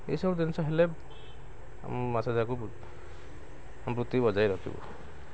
ଏଇସବୁ ଜିନିଷ ହେଲେ ଆମ ମାଛ ଧରାକୁ ବୃତ୍ତି ବଜାଇ ରଖିବୁ